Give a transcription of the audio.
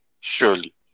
Surely